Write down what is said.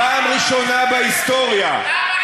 פעם ראשונה בהיסטוריה, למה עם נשק חם?